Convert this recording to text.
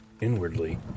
Inwardly